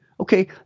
Okay